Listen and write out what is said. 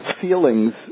Feelings